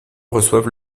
reçoivent